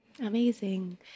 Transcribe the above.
Amazing